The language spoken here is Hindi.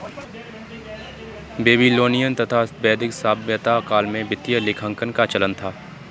बेबीलोनियन तथा वैदिक सभ्यता काल में वित्तीय लेखांकन का चलन था